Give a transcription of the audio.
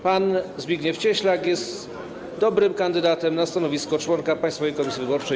Pan Zbigniew Cieślak jest dobrym kandydatem na stanowisko członka Państwowej Komisji Wyborczej.